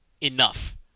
enough